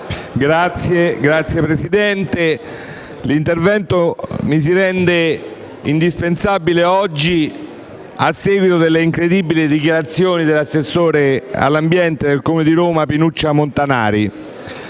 Signor Presidente, l'intervento mi si rende indispensabile oggi a seguito delle incredibili dichiarazioni dell'assessore all'ambiente del Comune di Roma, Pinuccia Montanari,